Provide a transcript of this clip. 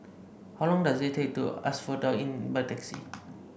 how long does it take to Asphodel Inn by taxi